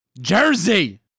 Jersey